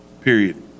period